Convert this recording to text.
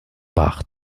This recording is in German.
bach